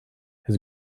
his